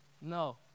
No